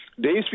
Days